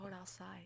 outside